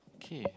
okay